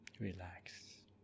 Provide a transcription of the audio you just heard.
Relax